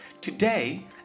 Today